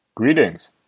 Greetings